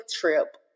trip